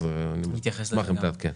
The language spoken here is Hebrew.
אז אני אשמח שתעדכן.